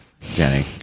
Jenny